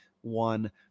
one